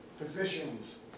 positions